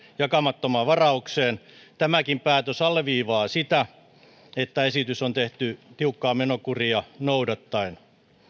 jakamattomaan varaukseen tämäkin päätös alleviivaa sitä että esitys on tehty tiukkaa menokuria noudattaen